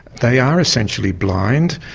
they are essentially blind.